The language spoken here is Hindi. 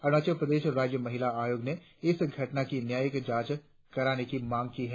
अरुणाचल प्रदेश राज्य महिला आयोग ने इस घटना की न्यायिक जांच कराने की मांग की है